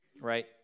Right